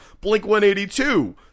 Blink-182